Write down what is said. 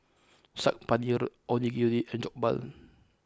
Saag Paneer Onigiri and Jokbal